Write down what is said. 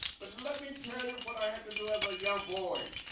but let me tell you what i had to do as a young boy,